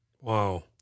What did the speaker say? Wow